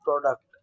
product